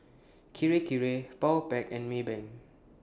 Kirei Kirei Powerpac and Maybank